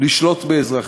לשלוט באזרחיה?